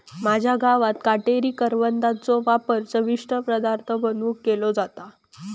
माझ्या गावात काटेरी करवंदाचो वापर चविष्ट पदार्थ बनवुक केलो जाता